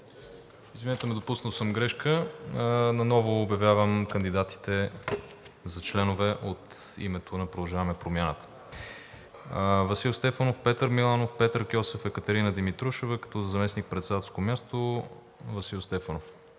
Извинете, допуснал съм грешка. Обявявам отново кандидатите за членове от името на „Продължаваме Промяната“: Васил Стефанов, Петър Миланов, Петър Кьосев, Екатерина Димитрушева. За заместник-председателското място нашето